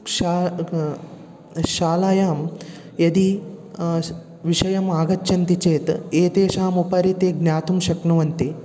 शा शालायां यदि विषयम् आगच्छन्ति चेत् एतेषाम् उपरि ते ज्ञातुं शक्नुवन्ति